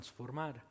transformar